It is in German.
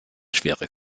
schwere